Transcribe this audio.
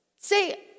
Say